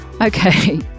Okay